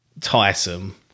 tiresome